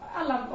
alla